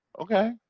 okay